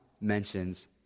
mentions